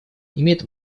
имеет